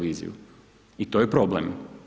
I to je problem.